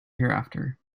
hereafter